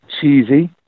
cheesy